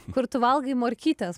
kur tu valgai morkytes